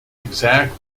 exact